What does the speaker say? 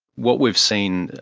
what we've seen,